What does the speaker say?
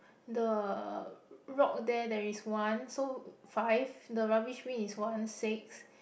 the rock there there is one so five the rubbish bin is one six